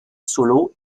solo